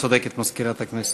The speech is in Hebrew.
צודקת מזכירת הכנסת.